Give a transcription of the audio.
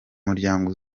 muryango